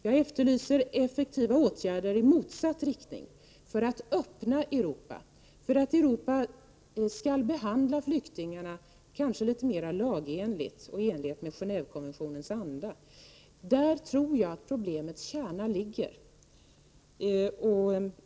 Jag efterlyste effektiva åtgärder i motsatt riktning, för att öppna Europa, för att Europa skall behandla flyktingarna litet mera lagenligt och i Genévekonventionens anda. Där tror jag att problemets kärna ligger.